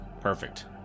perfect